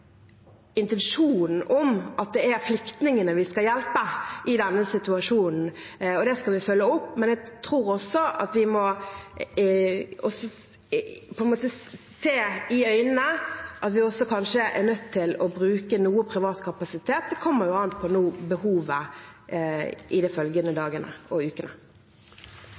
intensjonen om at det er flyktningene vi skal hjelpe i denne situasjonen, og det skal vi følge opp, men jeg tror også at vi på en måte må se i øynene at vi kanskje er nødt til å bruke noe privat kapasitet. Det kommer an på behovet de kommende dagene og ukene.